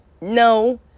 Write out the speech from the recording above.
no